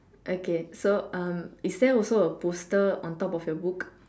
okay so um is there also a poster on top of your book